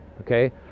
okay